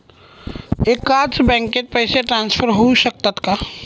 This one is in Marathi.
एकाच बँकेत पैसे ट्रान्सफर होऊ शकतात का?